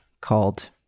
called